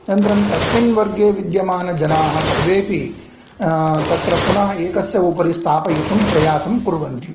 अनन्तरं तस्मिन् वर्गे विद्यमानजनाः सर्वेऽपि तत्र पुनः एकस्य उपरि स्थापयितुं प्रयासं कुर्वन्ति